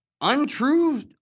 untrue